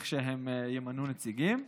כשהם ימנו נציגים.